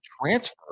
transfer